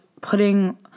putting